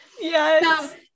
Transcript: Yes